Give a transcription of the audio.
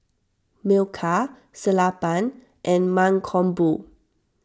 Milkha Sellapan and Mankombu